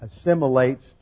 assimilates